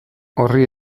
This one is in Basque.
horri